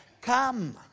come